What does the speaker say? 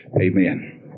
Amen